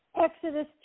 Exodus